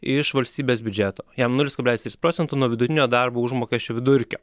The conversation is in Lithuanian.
iš valstybės biudžeto jam nulis kablelis tris procento nuo vidutinio darbo užmokesčio vidurkio